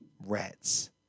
rats